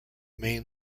main